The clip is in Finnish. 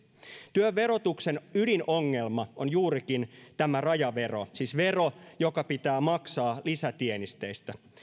työn verotuksen ydinongelma on juurikin tämä rajavero siis vero joka pitää maksaa lisätienesteistä